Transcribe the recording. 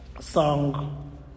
song